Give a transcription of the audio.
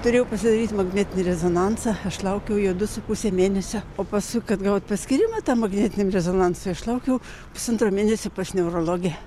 turėjau pasidaryti magnetinį rezonansą aš laukiau jo du su puse mėnesio o paskui kad gaut paskyrimą tam magnetiniam rezonansui aš laukiau pusantro mėnesio pas neurologę